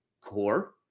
core